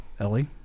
Ellie